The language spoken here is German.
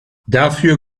dafür